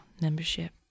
membership